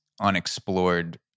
unexplored